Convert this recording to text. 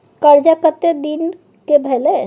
कर्जा कत्ते दिन के भेलै?